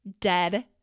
dead